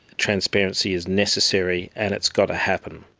transparency is necessary, and it's got to happen.